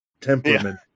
temperament